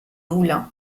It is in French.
moulin